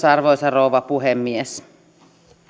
arvoisa rouva puhemies